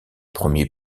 premiers